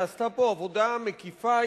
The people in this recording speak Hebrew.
נעשתה פה עבודה מקיפה,